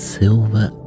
silver